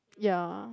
ya